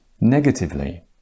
negatively